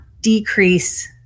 decrease